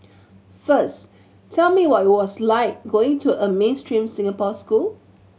first tell me what it was like going to a mainstream Singapore school